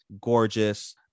gorgeous